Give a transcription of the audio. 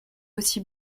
aussi